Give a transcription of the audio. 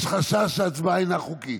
יש חשש שההצבעה אינה חוקית.